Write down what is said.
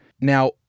Now